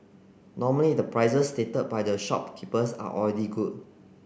normally the prices stated by the shopkeepers are already good